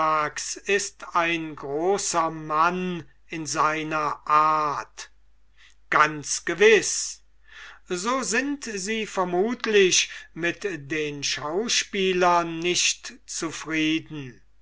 ist ein großer mann in seiner art ganz gewiß so sind sie vermutlich mit den schauspielern nicht zufrieden